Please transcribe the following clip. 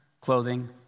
clothing